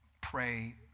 pray